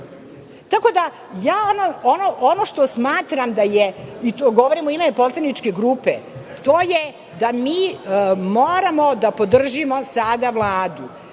da, ja ono što smatram da je, govorim u ime poslaničke grupe, to je da mi moramo da podržimo sada Vladu,